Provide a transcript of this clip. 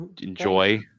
enjoy